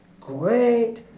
great